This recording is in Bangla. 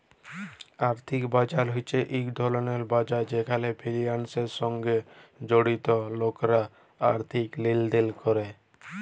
আর্থিক বাজার হছে ইক ধরলের বাজার যেখালে ফিলালসের সঙ্গে জড়িত লকরা আথ্থিক লেলদেল ক্যরে